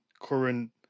current